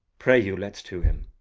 pray you let's to him.